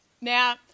Now